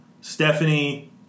Stephanie